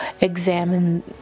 examine